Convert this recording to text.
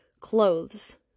clothes